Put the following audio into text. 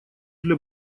для